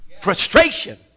frustration